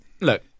look